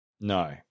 No